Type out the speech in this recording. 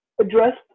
addressed